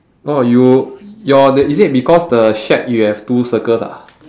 oh you your that is it because the shack you have two circles ah